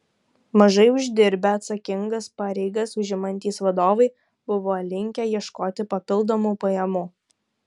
mažai uždirbę atsakingas pareigas užimantys vadovai buvo linkę ieškoti papildomų pajamų